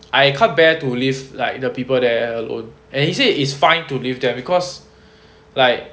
I can't bear to leave like the people there alone and he say it's fine to leave there because like